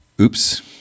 Oops